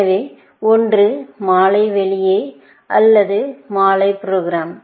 எனவே ஒன்று மாலை வெளியே அல்லது மாலை ப்ரோக்ராம்